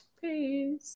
Peace